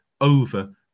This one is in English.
over